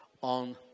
on